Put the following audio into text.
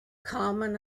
common